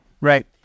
Right